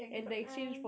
ya